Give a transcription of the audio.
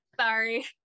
Sorry